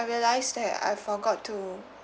I realise that I forgot to